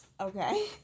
Okay